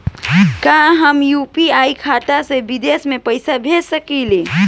का हम यू.पी.आई खाता से विदेश म पईसा भेज सकिला?